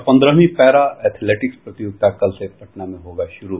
और पन्द्रहवीं para athletics प्रतियोगिता कल से पटना में होगा शुरू